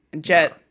jet